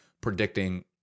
predicting